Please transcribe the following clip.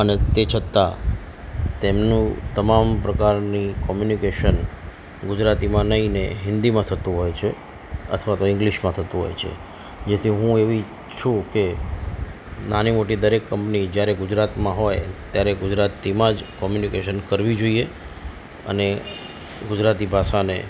તે છતાં તેમનું તમામ પ્રકારની કોમ્યુનિકેશન ગુજરાતીમાં નહીં અને હિન્દીમાં થતું હોય છે અથવા તો ઈંગ્લિશમાં થતું હોય છે જેથી હું એવી ઈચ્છું કે નાની મોટી દરેક કંપની જ્યારે ગુજરાતમાં હોય ત્યારે ગુજરાતીમાં જ કોમ્યુનિકેશન કરવી જોઈએ અને ગુજરાતી ભાષાને